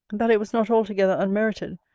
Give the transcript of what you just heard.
that it was not altogether unmerited,